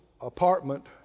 apartment